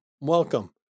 welcome